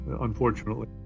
unfortunately